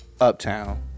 Uptown